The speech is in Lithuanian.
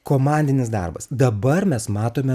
komandinis darbas dabar mes matome